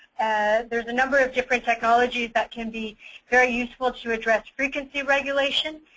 and there's a number of different technologies that can be very useful to address frequency regulation,